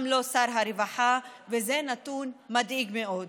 גם לא שר הרווחה, וזה נתון מדאיג מאוד.